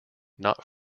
not